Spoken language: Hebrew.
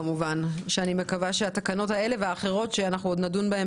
כשאני מקווה שהתקנות האלה והאחרות שעוד נדון בהן